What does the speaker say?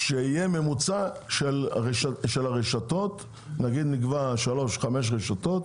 שיהיה ממוצע של הרשתות, נגיד שנקבע חמש רשתות